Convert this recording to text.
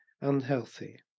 unhealthy